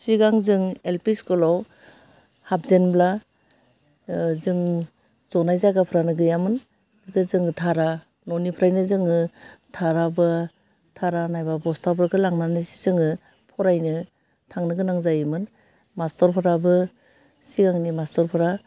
सिगां जों एलपि स्कुलाव हाबजेनब्ला जों ज'नाय जायगाफ्रानो गैयामोन बेखौ जों धाहा न'निफ्राइनो जोङो धाराबो धारा नायबा बस्थाफोरखौ लांनानैसो जोङो फरायनो थांनो गोनां जायोमोन मास्टरफ्राबो सिगांनि मास्टरफ्रा